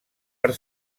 per